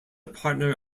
partner